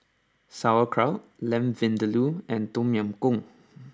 Sauerkraut Lamb Vindaloo and Tom Yam Goong